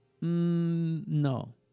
No